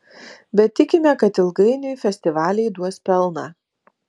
bet tikime kad ilgainiui festivaliai duos pelną